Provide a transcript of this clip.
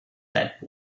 that